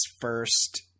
first